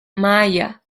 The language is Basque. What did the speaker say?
mahaia